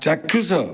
ଚାକ୍ଷୁଷ